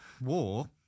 War